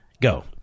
Go